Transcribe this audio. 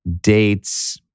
dates